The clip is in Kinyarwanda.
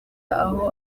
aho